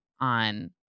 on